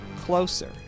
Closer